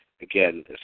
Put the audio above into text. again